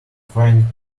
frying